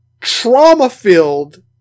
trauma-filled